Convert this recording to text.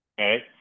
Okay